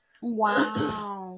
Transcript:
wow